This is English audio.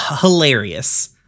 hilarious